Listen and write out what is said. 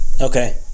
okay